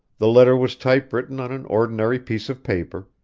the letter was typewritten on an ordinary piece of paper,